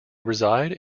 reside